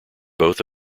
both